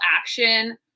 action